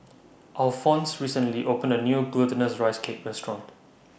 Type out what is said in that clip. Alfonse recently opened A New Glutinous Rice Cake Restaurant